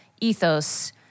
ethos